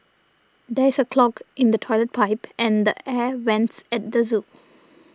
there is a clog in the Toilet Pipe and the Air Vents at the zoo